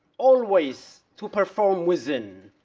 always to perform within.